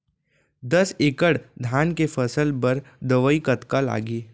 दस एकड़ धान के फसल बर दवई कतका लागही?